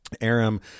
Aram